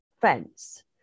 fence